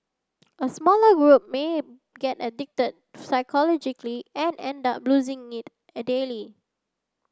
a smaller group may get addicted psychologically and end up using it a daily